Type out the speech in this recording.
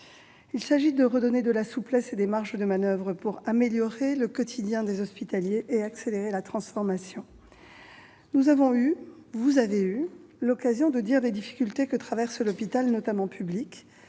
Il s'agit de redonner de la souplesse et des marges de manoeuvre pour améliorer le quotidien des hospitaliers et accélérer la transformation. Nous avons eu, vous avez eu, l'occasion de dire les difficultés que traverse l'hôpital, notamment public.